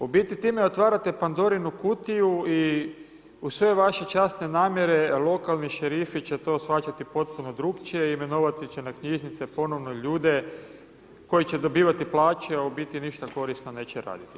U biti time otvarate Pandorinu kutiju i uz sve vaše časne namjere lokalni šerifi će to shvaćati potpuno drukčije i imenovati će na knjižnice ponovo ljude koji će dobivat plaće, a u biti ništa korisno neće raditi.